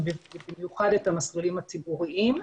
ובמיוחד את המסלולים הציבוריים.